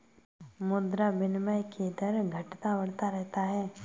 मुद्रा विनिमय के दर घटता बढ़ता रहता है